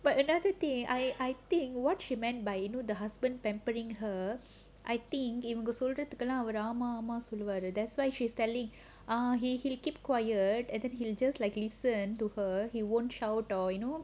but another day I I think what she meant by you know the husband pampering her I think இவங்க சொல்றதுக்கெல்லாம் அவரு ஆமா ஆமா சொல்வாரு:ivanga solrathukkellaam avaru aamaa aamaa solvaaru that's why she is telling ah he will keep an~ and just listen and won't shout or you know